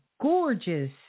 gorgeous